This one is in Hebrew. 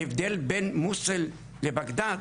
ההבדל בין מוסול לבגדד,